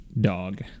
dog